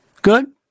Good